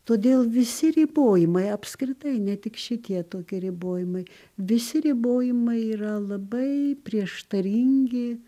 todėl visi ribojimai apskritai ne tik šitie tokie ribojimai visi ribojimai yra labai prieštaringi